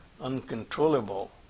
uncontrollable